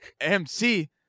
MC